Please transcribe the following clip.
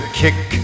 kick